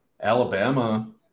Alabama